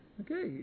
Okay